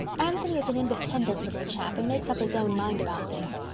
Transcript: anthony is an independent little chap and makes up his own mind about things.